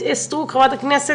שלמה קרעי,